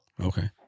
Okay